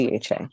CHA